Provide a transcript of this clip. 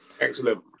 Excellent